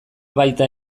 baita